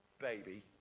baby